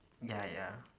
ya ya